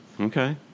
Okay